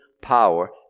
power